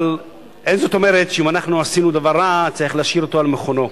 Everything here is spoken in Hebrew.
אבל זה לא אומר שאם אנחנו עשינו דבר רע צריך להשאיר אותו על מכונו,